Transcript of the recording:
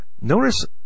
Notice